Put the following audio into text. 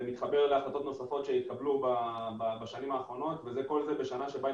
זה מתחבר להחלטות נוספות שהתקבלו בשנים האחרונות וכל זה בשנה שבה אין